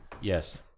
yes